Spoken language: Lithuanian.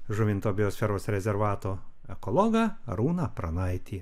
žuvinto biosferos rezervato ekologą arūną pranaitį